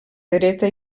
dreta